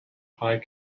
high